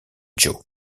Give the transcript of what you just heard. joe